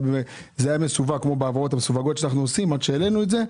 זה היה מסווג כמו בהעברות המסווגות שאנחנו עושים עד שהעלינו את זה.